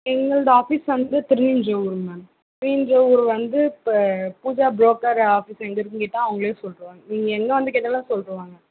எங்களது ஆஃபிஸ் வந்து திருவெஞ்சியூர் மேம் திருவெஞ்சியூர் ஊர் வந்து இப்போ பூஜா புரோக்கர் ஆஃபிஸ் எங்கே இருக்குன்னு கேட்டால் அவங்களே சொல்லுவாங்க நீங்கள் எங்கே வந்து கேட்டாலும் சொல்லிவிடுவாங்க